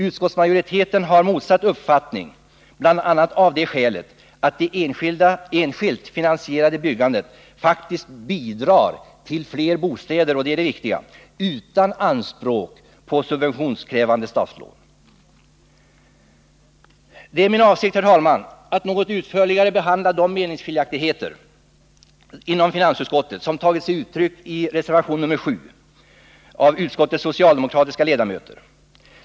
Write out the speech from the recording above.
Utskottsmajoriteten har motsatt uppfattning, bl.a. av det skälet att det enskilt finansierade byggandet faktiskt bidrar till fler bostäder utan anspråk — och det är det viktiga — på subventionskrävande statslån. Det är min avsikt, herr talman, att något utförligare behandla de meningsskiljaktigheter inom finansutskottet som tagit sig uttryck i reservationen nr 7 av utskottets socialdemokratiska ledamöter.